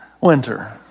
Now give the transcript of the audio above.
winter